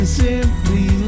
simply